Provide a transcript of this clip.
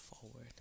forward